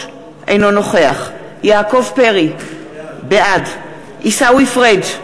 אינו נוכח יעקב פרי, בעד עיסאווי פריג'